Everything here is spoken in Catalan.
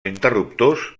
interruptors